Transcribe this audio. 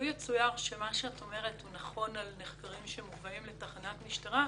לא יצויר שמה שאת אומרת הוא נכון לגבי נחקרים שמובאים לתחנת משטרה,